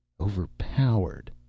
Overpowered